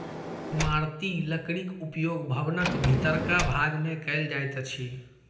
इमारती लकड़ीक उपयोग भवनक भीतरका भाग मे कयल जाइत अछि